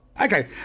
Okay